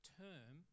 term